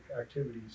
activities